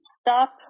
stop